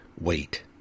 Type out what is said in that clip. wait